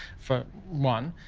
for one.